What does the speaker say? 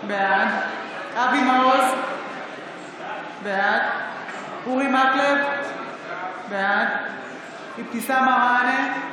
בעד אבי מעוז, בעד אורי מקלב, בעד אבתיסאם מראענה,